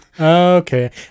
Okay